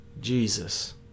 jesus